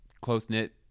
close-knit